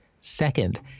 Second